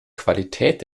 qualität